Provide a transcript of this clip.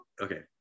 Okay